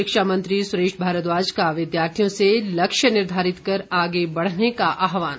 शिक्षा मंत्री सुरेश भारद्वाज का विद्यार्थियों से लक्ष्य निर्धारित कर आगे बढ़ने का आहवान